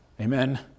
Amen